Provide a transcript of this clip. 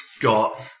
got